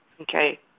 Okay